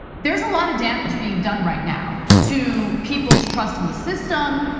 there's a lot of damage being done right now to people's trust in the system,